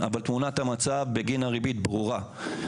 אבל תמונת המצב בגין הריבית ברורה.